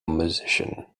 musician